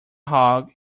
hog